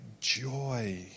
joy